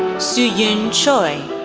suyoun choi,